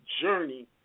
journey